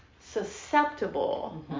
susceptible